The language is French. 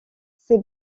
ses